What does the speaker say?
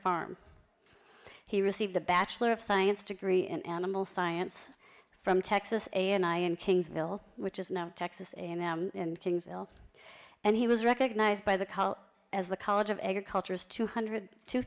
farm he received a bachelor of science degree and animal science from texas a and i in kingsville which is now texas and now and he was recognized by the as the college of agriculture is two hundred two